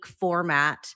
format